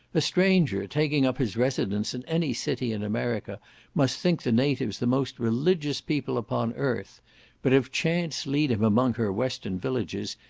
a stranger taking up his residence in any city in america must think the natives the most religious people upon earth but if chance lead him among her western villages,